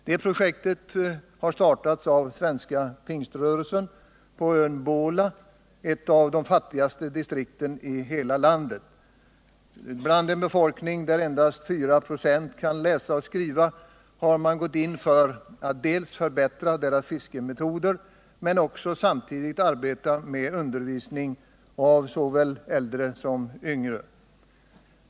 Det projektet har startats av svenska pingströrelsen på ön Bhola, ett av de fattigaste distrikten i hela landet. Bland en befolkning där endast 4 96 kan läsa och skriva har man gått in för att förbättra fiskemetoderna men också samtidigt arbeta med undervisning av såväl äldre som yngre.